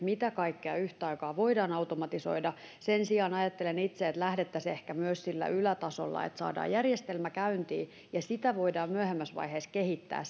mitä kaikkea yhtä aikaa voidaan automatisoida sen sijaan ajattelen itse että lähdettäisiin ehkä myös sillä ylätasolla että saadaan järjestelmä käyntiin ja sitä voidaan myöhemmässä vaiheessa kehittää